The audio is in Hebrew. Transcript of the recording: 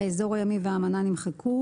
"האזור הימי" ו"האמנה" נמחקו